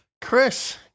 Chris